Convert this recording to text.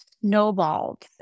snowballed